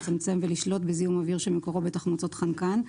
לצמצם ולשלוט בזיהום אוויר מקורו בתחמוצות חנקן,